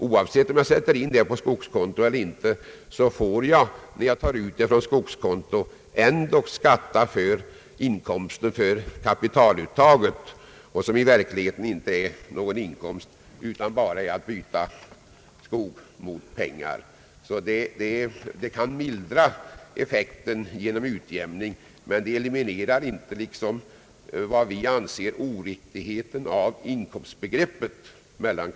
Oavsett om jag satt in beloppet på skogskonto eller inte, får jag ändock betala inkomstskatt för kapitaluttaget, som i verkligheten inte är någon inkomst. Jag har bara bytt skog mot pengar. Utjämningen kan mildra effekten men eliminerar inte vad vi anser vara oriktigt i inkomstbeskattningen.